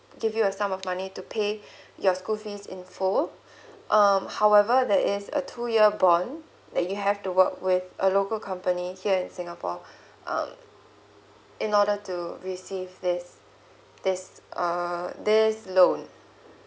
give you a sum of money to pay your school fees in full um however there is a two year bond that you have to work with a local company here in singapore err in order to receive this this uh this loan